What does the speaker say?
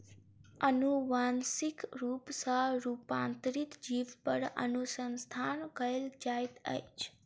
अनुवांशिक रूप सॅ रूपांतरित जीव पर अनुसंधान कयल जाइत अछि